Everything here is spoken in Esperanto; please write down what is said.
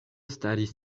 staris